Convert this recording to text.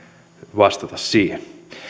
vastata siihen